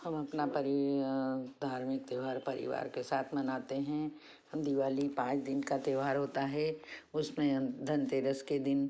हम अपना परि धार्मिक त्योहार परिवार के साथ मनाते हैं हम दिवाली पाँच दिन का त्योहार होता है उसमें धनतेरस के दिन